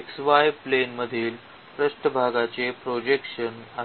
xy plane मधील पृष्ठभागाचे projection आहे